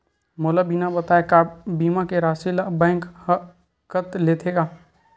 मोला बिना बताय का बीमा के राशि ला बैंक हा कत लेते का?